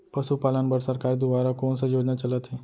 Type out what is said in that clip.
पशुपालन बर सरकार दुवारा कोन स योजना चलत हे?